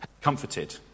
comforted